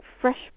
fresh